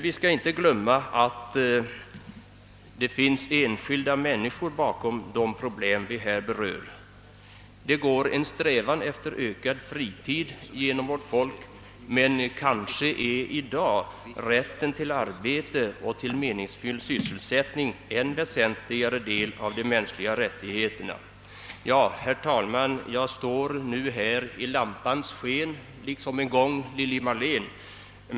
Vi skall inte glömma att det finns enskilda människor bakom de problem vi här berör. Vårt folk strävar efter ökad fritid, men nog är i dag rätten till arbete och meningsfylld sysselsättning en än väsentligare del av de mänskliga rättigheterna. Herr talman! Jag står nu här i lampans sken liksom en gång Lili Marlene.